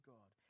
God